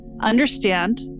understand